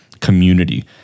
community